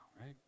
right